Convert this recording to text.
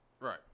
Right